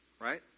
Right